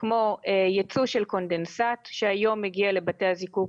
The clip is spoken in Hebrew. כמו ייצוא של קונדנסט שהיום מגיע לבתי הזיקוק,